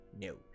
no